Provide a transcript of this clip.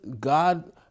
God